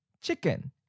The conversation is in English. chicken